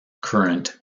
current